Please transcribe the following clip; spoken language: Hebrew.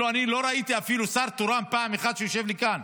אני לא ראיתי אפילו שר תורן פעם אחת שיושב לי כאן.